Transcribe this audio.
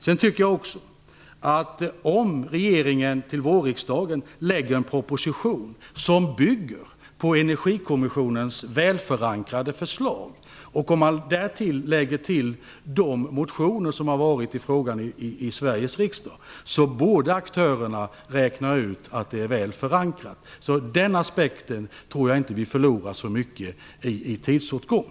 Sedan tycker jag också att om regeringen till vårriksdagen lägger fram en proposition som bygger på Energikommissionens välförankrade förslag och om man därtill lägger de motioner som väckts i frågan i Sveriges riksdag, borde aktörerna räkna ut att förslaget är väl förankrat. Den aspekten tror jag inte att vi förlorar så mycket på i tidsåtgång.